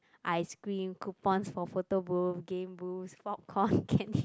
Ice creams coupons for photo booth game booth popcorn candy